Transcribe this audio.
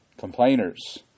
complainers